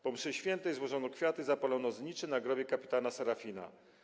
Po mszy św. złożono kwiaty, zapalono znicze na grobie kpt. Serafina.